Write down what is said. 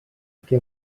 que